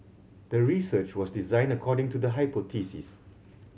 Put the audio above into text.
the research was designed according to the hypothesis